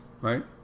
Right